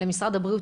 למשרד הבריאות,